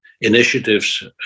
initiatives